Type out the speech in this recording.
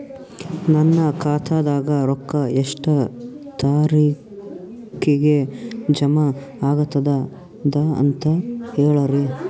ನನ್ನ ಖಾತಾದಾಗ ರೊಕ್ಕ ಎಷ್ಟ ತಾರೀಖಿಗೆ ಜಮಾ ಆಗತದ ದ ಅಂತ ಹೇಳರಿ?